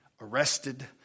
arrested